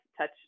touch